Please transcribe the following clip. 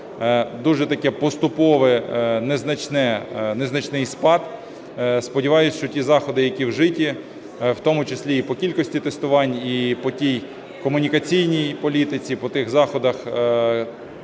дуже такий поступовий незначний спад. Сподіваюсь, що ті заходи, які вжиті, в тому числі і по кількості тестувань, і по тій комунікаційній політиці, по тих заходах